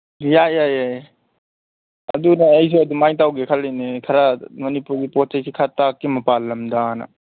ꯌꯥꯏ ꯌꯥꯏ ꯌꯥꯏ ꯑꯗꯨꯅ ꯑꯩꯁꯨ ꯑꯗꯨꯃꯥꯏ ꯇꯧꯒꯦ ꯈꯜꯂꯤꯅꯤ ꯈꯔ ꯃꯅꯤꯄꯨꯔꯒꯤ ꯄꯣꯠ ꯆꯩꯁꯦ ꯈꯔ ꯇꯥꯛꯀꯦ ꯃꯄꯥꯜꯂꯝꯗꯥ ꯍꯥꯏꯅ